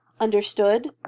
Understood